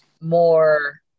more